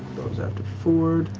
beau's after fjord.